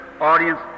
audience